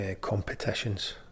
competitions